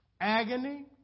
agony